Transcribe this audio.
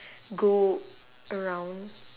go around